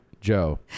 Joe